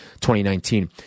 2019